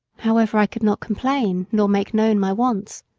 however, i could not complain, nor make known my wants.